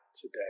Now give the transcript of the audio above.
today